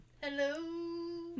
Hello